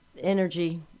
energy